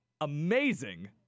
amazing